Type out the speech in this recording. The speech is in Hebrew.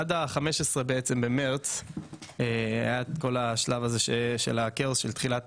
עד ה-15 במרץ היה את שלב הכאוס של תחילת